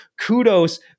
kudos